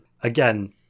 Again